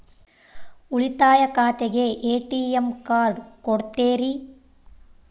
ಉಳಿತಾಯ ಖಾತೆಗೆ ATM card ಕೊಡ್ತೇರಿ?